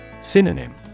Synonym